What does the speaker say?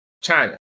China